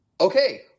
okay